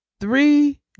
Three